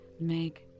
Meg